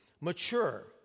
mature